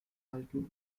halten